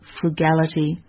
frugality